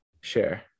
Share